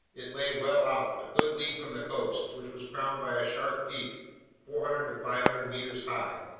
it lay well out, a good league from the coast, which was crowned by a sharp peak four hundred to five hundred meters high.